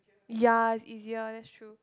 ya it's easier that's true